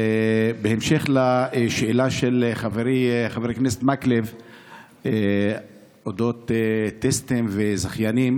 בהמשך לשאלה של חברי חבר הכנסת מקלב על טסטים וזכיינים,